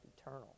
eternal